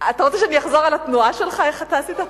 אתה רוצה שאני אחזור על התנועה שלך, איך אתה עשית?